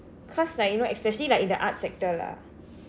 cause like you know especially like in the arts sector lah